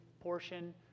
portion